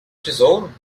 tesouro